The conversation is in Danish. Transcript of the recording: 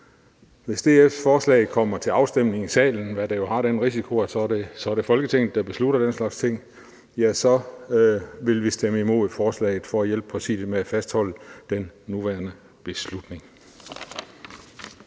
Hvis DF's forslag kommer til afstemning i salen, hvor der jo er den risiko, at det så er Folketinget, der beslutter den slags ting, vil vi stemme imod for at hjælpe Præsidiet med at fastholde den nuværende beslutning.